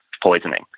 poisoning